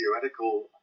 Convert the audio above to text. theoretical